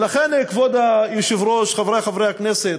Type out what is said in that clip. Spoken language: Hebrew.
ולכן, כבוד היושב-ראש, חברי חברי הכנסת,